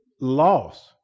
loss